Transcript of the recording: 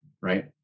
right